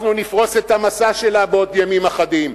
אנחנו נפרוס את המצע שלה בעוד ימים אחדים,